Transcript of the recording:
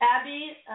Abby